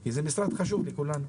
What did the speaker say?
כי זה משרד חשוב לכולנו.